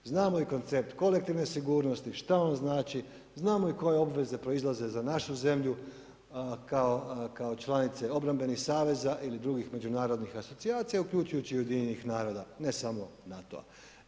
Znamo i koncept kolektivne sigurnosti, šta on znači, znamo i koje obveze proizlaze za našu zemlju kao članice obrambenih saveza ili drugih međunarodnih asocijacija, uključujući Ujedinjenih naroda, ne samo NATO-a.